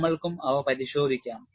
നമ്മൾക്കും അവ പരിശോധിക്കാം